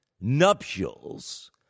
nuptials